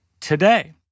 today